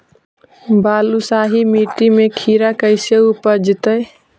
बालुसाहि मट्टी में खिरा कैसे उपजतै?